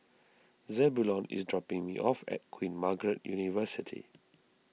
Zebulon is dropping me off at Queen Margaret University